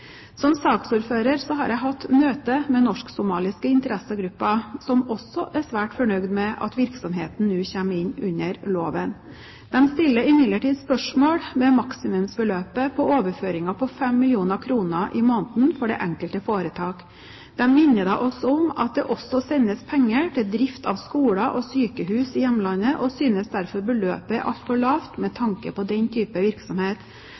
Som saksordfører har jeg hatt møte med norsk-somaliske interessegrupper, som også er svært fornøyd med at virksomheten nå kommer inn under loven. De stiller imidlertid spørsmål ved maksimumsbeløpet for overføringer på 5 mill. kr i måneden for det enkelte foretak. De minner oss om at det også sendes penger til drift av skoler og sykehus i hjemlandet, og synes derfor beløpet er altfor lavt med tanke på den type virksomhet.